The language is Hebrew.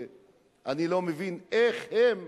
שאני לא מבין איך הם,